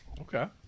Okay